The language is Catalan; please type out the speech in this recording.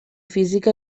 física